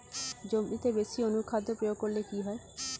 জমিতে বেশি অনুখাদ্য প্রয়োগ করলে কি হয়?